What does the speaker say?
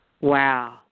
Wow